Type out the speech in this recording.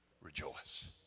rejoice